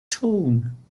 tone